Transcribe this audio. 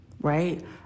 right